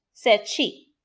said she.